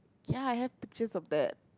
ya I have pictures of that